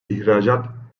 i̇hracat